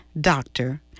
doctor